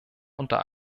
unter